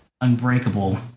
Unbreakable